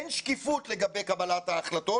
אין שקיפות לגבי קבלת ההחלטות.